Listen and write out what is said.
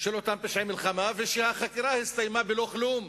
של אותם פשעי מלחמה ושהחקירה הסתיימה בלא כלום,